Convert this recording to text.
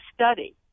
study